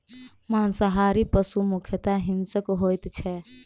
मांसाहारी पशु मुख्यतः हिंसक होइत छै